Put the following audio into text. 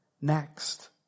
next